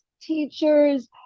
teachers